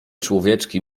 człowieczki